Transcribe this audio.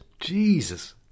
Jesus